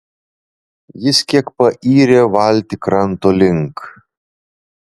jis kiek payrė valtį kranto link